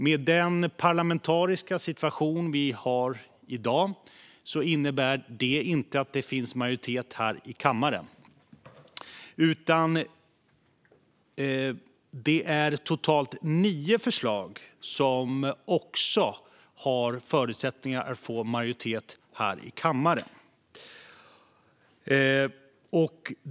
Med den parlamentariska situation vi har i dag innebär det inte att det finns majoritet här i kammaren, utan det är totalt nio förslag som också har förutsättningar att få majoritet här i kammaren.